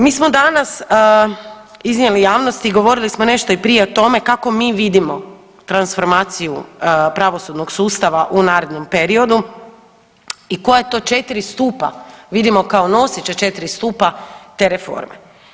Mi smo danas iznijeli javnosti i govorili smo nešto i prije o tome kako mi vidimo transformaciju pravosudnog sustava u narednom periodu i koja to 4 stupa vidimo kao noseća 4 stupa te reforme.